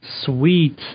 Sweet